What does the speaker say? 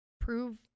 prove